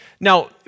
Now